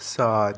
सात